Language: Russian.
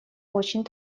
очень